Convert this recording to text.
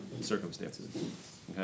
circumstances